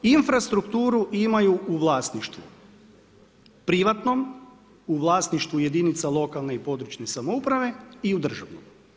Infrastrukturu imaju u vlasništvom, privatnom, u vlasništvu jedinica lokalne i područne samouprave i u državnom.